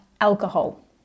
alcohol